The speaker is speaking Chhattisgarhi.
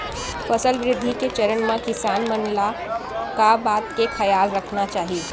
फसल वृद्धि के चरण म किसान मन ला का का बात के खयाल रखना चाही?